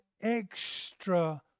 extra